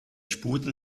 sputen